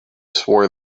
swore